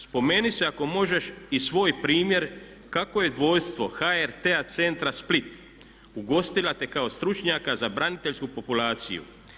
Spomeni se ako možeš i svoj primjer kako je dvojstvo HRT-a centra Split ugostila te kao stručnjaka za braniteljsku populaciju.